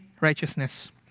righteousness